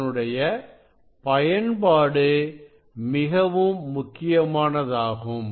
இதனுடைய பயன்பாடு மிகவும் முக்கியமானதாகும்